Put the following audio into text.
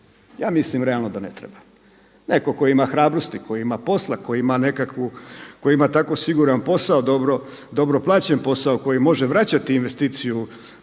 Ja mislim realno da ne treba. Netko tko ima hrabrosti, koji ima posla, koji ima nekakvu, koji ima tako siguran posao, dobro plaćen posao, koji može vraćati investiciju